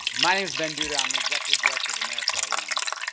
my name is ben duda, i'm the executive director of americorps alums.